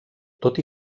tot